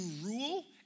rule